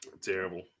terrible